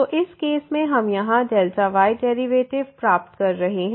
तो इस केस में हम यहाँ Δy डेरिवेटिव प्राप्त कर रहे हैं